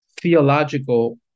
theological